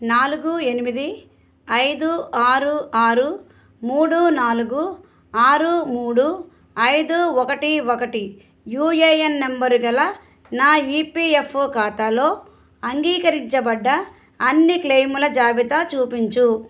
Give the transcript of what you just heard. నాలుగు ఎనిమిది ఐదు ఆరు ఆరు మూడు నాలుగు ఆరు మూడు ఐదు ఒకటి ఒకటి యూఏఎన్ నంబరుగల నా ఈపీఎఫ్ఓ ఖాతాలో అంగీకరించబడ్డ అన్ని క్లెయిముల జాబితా చూపించు